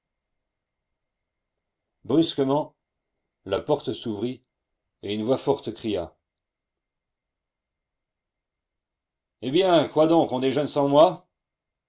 brusquement la porte s'ouvrit et une voix forte cria eh bien quoi donc on déjeune sans moi